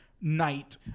night